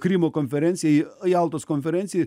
krymo konferencijai jaltos konferencijoj